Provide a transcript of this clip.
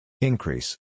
Increase